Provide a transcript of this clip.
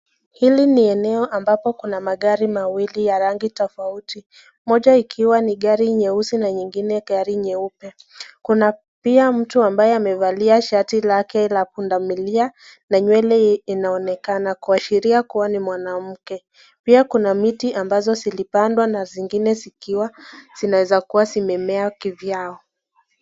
Hili ni eneo ambapo kuna magari mawili ya rangi tofauti . Moja ikiwa ni gari nyeusi na nyingine gari nyeupe. Kuna pia mtu ambayo amevalia shati lake la punda milia na nywele inaonekana kuashiria kuwa ni mwanamke . Pia Kuna miti ambazo zilipandwa na zingine zikiwa zinaweza kuwa zimemea kivyao.